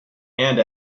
and